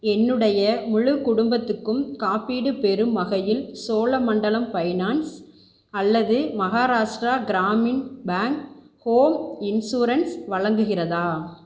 என்னுடைய முழு குடும்பத்துக்கும் காப்பீடு பெறும் வகையில் சோழமண்டலம் ஃபைனான்ஸ் அல்லது Maharashtra Gramin bank home insurance வழங்குகிறதா